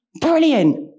brilliant